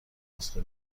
نسخه